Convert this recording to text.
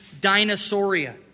Dinosauria